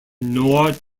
nor